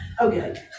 Okay